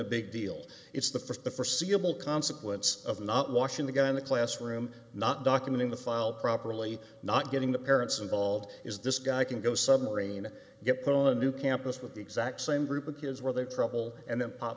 a big deal it's the for the forseeable consequence of not washing the guy in the classroom not documenting the file properly not getting the parents involved is this guy can go submarine get put on a new campus with the exact same group of kids where their trouble and then pop